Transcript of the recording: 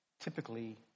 typically